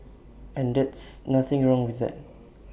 and that's nothing wrong with that